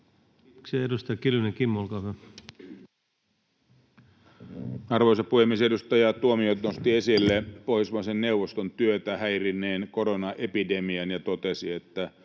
Edustaja Kiljunen, Kimmo, olkaa hyvä. Arvoisa puhemies! Edustaja Tuomioja nosti esille Pohjoismaiden neuvoston työtä häirinneen koronaepidemian ja totesi, että